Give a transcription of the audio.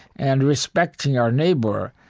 and respecting our neighbor,